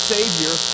Savior